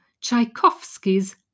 Tchaikovsky's